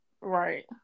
Right